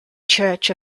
church